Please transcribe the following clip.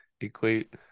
equate